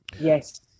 Yes